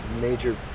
major